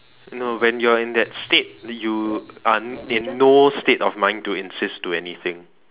no when you're in that state you are in no state of mind to insist to anything